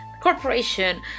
corporation